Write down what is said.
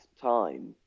time